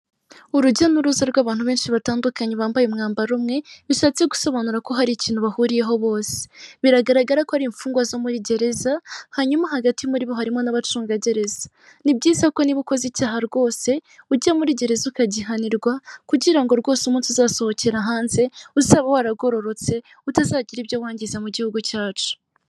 Urujya n'uruza rw'abantu benshi batandukanye bambaye umwambaro umwe, bishatse gusobanura ko hari ikintu bahuriyeho bose, biragaragara ko ari imfungwa zo muri gereza hanyuma hagati muri bo harimo n'abacungagereza, ni byiza ko niba ukoze icyaha rwose ujya muri gereza ukagihanirwa kugira ngo rwose umunsi uzasohokera hanze uzaba waragororotse utazagira ibyo wangiza mu gihugu cyacu.